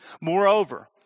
Moreover